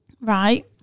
Right